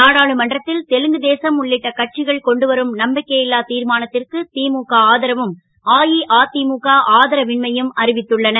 நாடாளுமன்றத் ல் தெலுங்கு தேசம் உள்ளிட்ட கட்சிகள் கொண்டுவரும் நம்பிக்கை ல்லா திர்மானத் ற்கு முக ஆதரவும் அஇஅ முக ஆதரவின்மையும் அறிவித்துள்ளன